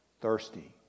thirsty